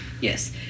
Yes